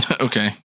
Okay